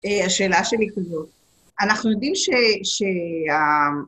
השאלה שלי כזאת, אנחנו יודעים שה...